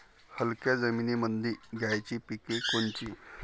हलक्या जमीनीमंदी घ्यायची पिके कोनची?